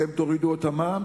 אתם תורידו את המע"מ?